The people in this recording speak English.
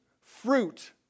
fruit